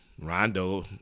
Rondo